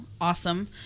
awesome